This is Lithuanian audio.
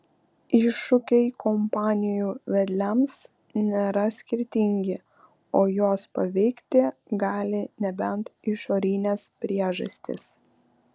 iššūkiai kompanijų vedliams nėra skirtingi o juos paveikti gali nebent išorinės priežastys